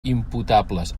imputables